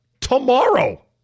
tomorrow